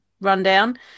rundown